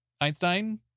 Einstein